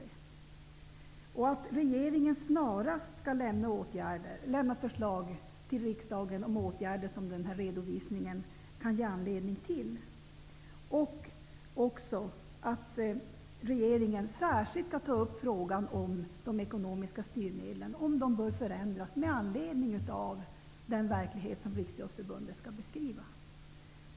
Det sägs vidare att regeringen snarast skall lämna förslag till riksdagen på åtgärder som redovisningen kan ge anledning till. Regeringen bör också särskilt ta upp frågan om de ekonomiska styrmedlen och om de behöver förändras med anledning av den verklighet som Riksidrottsförbundet beskriver.